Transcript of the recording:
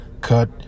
cut